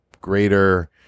greater